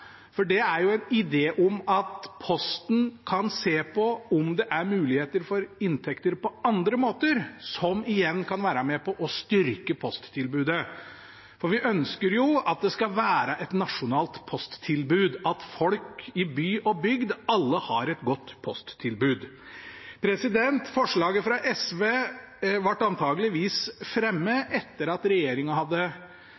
for det er jo en idé om at Posten kan se på om det er muligheter for inntekter på andre måter, noe som igjen kan være med på å styrke posttilbudet. For vi ønsker jo at det skal være et nasjonalt posttilbud – at folk i by og bygd, alle, har et godt posttilbud. Forslaget fra SV ble antageligvis fremmet